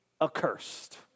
accursed